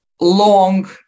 long